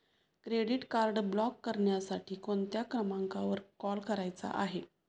Credit card block करण्यासाठी कोणत्या क्रमांकावर कॉल करायचा आहे?